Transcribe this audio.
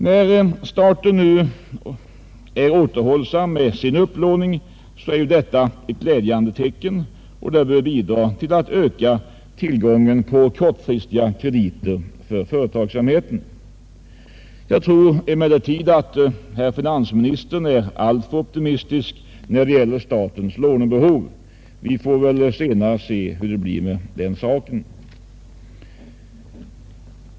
När staten nu är återhållsam med sin upplåning är detta ett glädjande tecken, och det bör bidra till att öka tillgången på kortfristiga krediter för företagsamheten. Jag tror emellertid att herr finansministern är alltför optimistisk när det gäller statens lånebehov; vi får väl senare se hur det blir med detta.